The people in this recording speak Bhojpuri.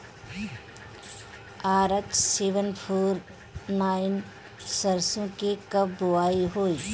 आर.एच सेवेन फोर नाइन सरसो के कब बुआई होई?